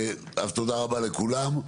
אז תודה רבה לכולם,